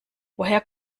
woher